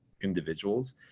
individuals